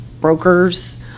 brokers